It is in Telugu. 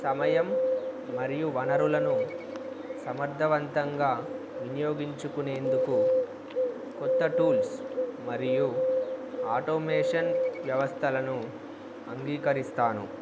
సమయం మరియు వనరులను సమర్థవంతంగా వినియోగించుకునేందుకు కొత్త టూల్స్ మరియు ఆటోమేషన్ వ్యవస్థలను అంగీకరిస్తాను